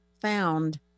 found